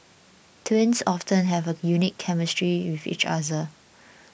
twins often have a unique chemistry with each other